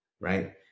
Right